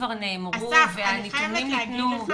אסף, אני חייבת להגיד לך